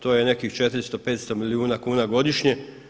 To je nekih 400, 500 milijuna kuna godišnje.